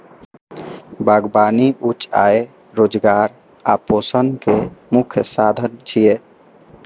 बागबानी उच्च आय, रोजगार आ पोषण के प्रमुख साधन छियै